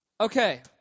Okay